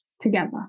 together